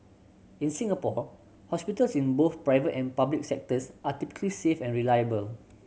in Singapore hospitals in both private and public sectors are typically safe and reliable